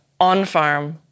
on-farm